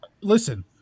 listen